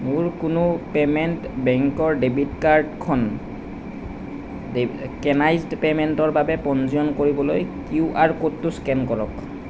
মোৰ কোনো পেমেণ্ট বেংকৰ ডেবিট কাৰ্ডখন কেনাইজ্ড পে'মেণ্টৰ বাবে পঞ্জীয়ন কৰিবলৈ কিউ আৰ ক'ডটো স্কেন কৰক